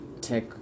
tech